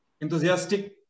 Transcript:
enthusiastic